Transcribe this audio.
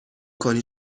کنی